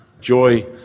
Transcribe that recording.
Joy